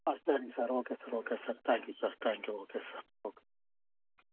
ஆ சரிங்க sir okay sir okay sir thank you sir thank you okay sir okay